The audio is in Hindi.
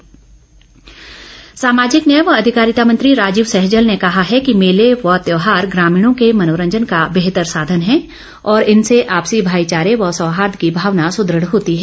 राजीव सहजल सामाजिक न्याय व अधिकारिता मंत्री राजीव सहजल ने कहा है कि मेले व त्योहार ग्रामीणों के मनोरंजन का बेहतर साधन हैं और इनसे आपसी भाईचारे व सौहार्द की भावना सुदृढ़ होती है